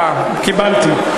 אה, קיבלתי.